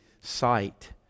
sight